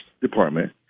department